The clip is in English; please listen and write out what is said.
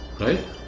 Right